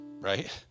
Right